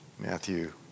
Matthew